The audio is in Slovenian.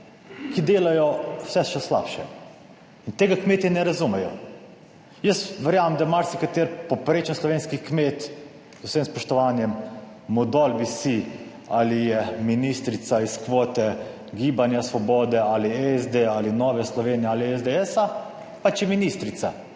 ki delajo vse še slabše. In tega kmetje ne razumejo. Jaz verjamem, da marsikateri povprečen slovenski kmet, z vsem spoštovanjem, mu dol visi ali je ministrica iz kvote Gibanja svobode ali SD ali Nove Slovenije ali SDS, pač je ministrica.